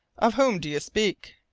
of whom do you speak?